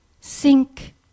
sink